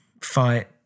fight